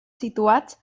situats